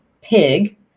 pig